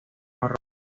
marrón